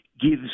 gives